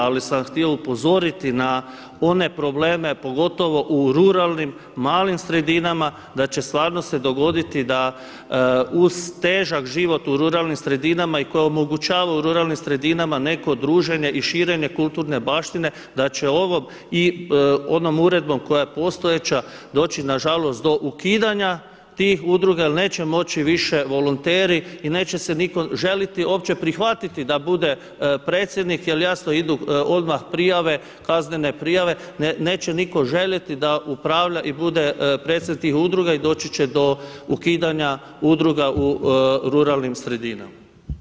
Ali sam htio upozoriti na one probleme pogotovo u ruralnim, malim sredinama, da će stvarno se dogoditi da uz težak život u ruralnim sredinama i koje omogućavaju u ruralnim sredinama neko druženje i širenje kulturne baštine da će i onom uredbom koja je postojeća doći nažalost do ukidanja tih udruga jel neće moći više volonteri i neće se nitko želiti uopće prihvatiti da bude predsjednik jel jasno idu odmah prijave kaznene prijave, neće niko želiti da upravlja i da bude predsjednik tih udruga i doći će do ukidanja udruga u ruralnim sredinama.